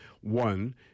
one